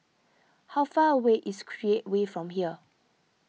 how far away is Create Way from here